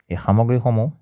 এই সামগ্ৰীসমূহ